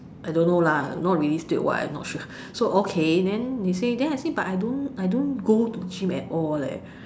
I don't know lah not realistic or [what] I'm not sure so okay then they say then I say but I don't I don't go to gym at all